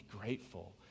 grateful